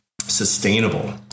sustainable